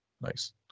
nice